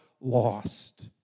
lost